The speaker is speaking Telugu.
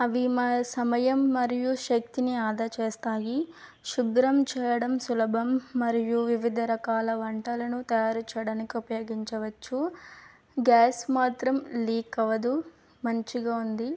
అవి మన సమయం మరియు శక్తిని ఆదా చేస్తాయి శుభ్రం చేయడం సులభం మరియు వివిధ రకాల వంటలను తయారుచేయడానికి ఉపయోగించవచ్చు గ్యాస్ మాత్రం లీక్ అవ్వదు మంచిగ ఉంది